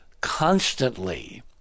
constantly